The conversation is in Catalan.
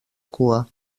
cua